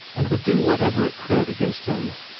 and would do whatever it could against him.